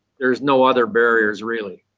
there are no other barriers really.